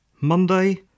Monday